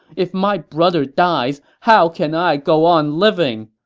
if my brother dies, how can i go on living?